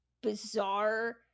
bizarre